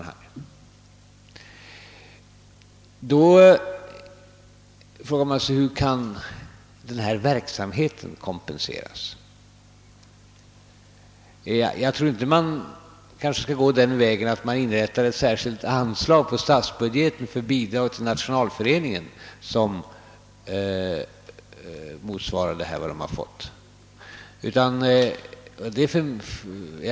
Hur skall då denna verksamhet kunna kompenseras? Jag tror inte att man skall gå den vägen att ett särskilt anslag inrättas på statsbudgeten för bidrag till Nationalföreningen motsvarande det belopp som den tidigare erhållit.